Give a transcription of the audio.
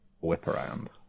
whip-around